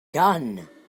gun